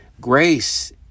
Grace